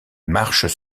marches